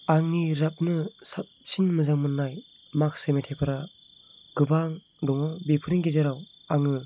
आंनि रोजाबनो साबसिन मोजां मोननाय माखासे मेथाइफोरा गोबां दङ बेफोरनि गेजेराव आङो